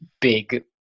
big